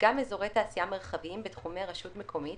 גם אזורי תעשייה מרחביים בתחומי רשות מקומית